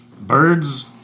Birds